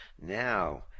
Now